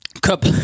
cup